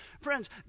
Friends